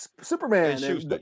superman